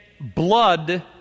blood